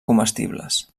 comestibles